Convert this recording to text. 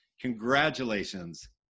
Congratulations